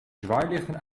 zwaailichten